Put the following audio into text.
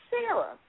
Sarah